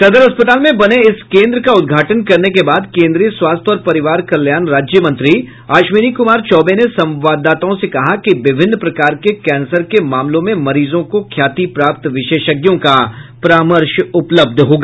सदर अस्पताल में बने इस कोन्द्र का उद्घाटन करने के बाद केन्द्रीय स्वास्थ्य और परिवार कल्याण राज्यमंत्री अश्विनी कुमार चौबे ने संवाददाताओं से कहा कि विभिन्न प्रकार के कैंसर के मामलों में मरीजों को ख्याति प्राप्त विशेषज्ञों का परामर्श उपलब्ध होगा